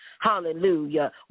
Hallelujah